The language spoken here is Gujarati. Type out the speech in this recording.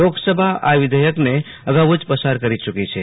લોક્સભા આ વિધેયકને અગાઉ જ પસાર કરી ચુકી છે